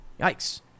Yikes